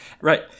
Right